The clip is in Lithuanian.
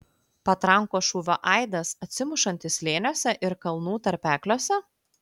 patrankos šūvio aidas atsimušantis slėniuose ir kalnų tarpekliuose